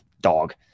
dog